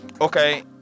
okay